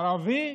ערבי,